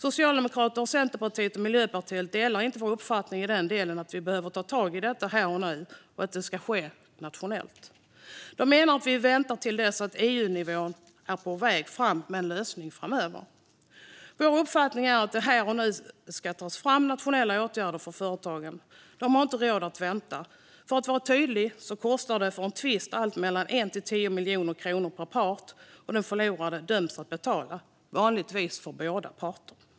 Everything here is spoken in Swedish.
Socialdemokraterna, Centerpartiet och Miljöpartiet delar inte vår uppfattning i den delen - att vi behöver ta tag i detta här och nu och att det ska ske nationellt. De menar att vi ska vänta till dess att det framöver kommer en lösning på EU-nivå. Vår uppfattning är att det här och nu ska tas fram nationella åtgärder för företagen. De har inte råd att vänta. För att vara tydlig kostar en tvist mellan 1 och 10 miljoner kronor per part. Och den förlorande parten döms att betala, vanligtvis för båda parter.